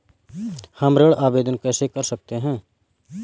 हम ऋण आवेदन कैसे कर सकते हैं?